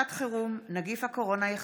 הצעת חוק פנימיות הנוער,